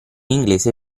inglese